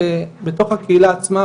בתוך הקהילה עצמה,